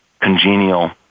congenial